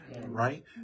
Right